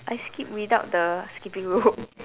I skip without the skipping rope